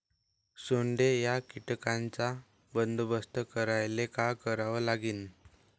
सोंडे या कीटकांचा बंदोबस्त करायले का करावं लागीन?